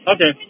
Okay